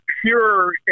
pure